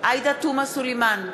עאידה תומא סלימאן,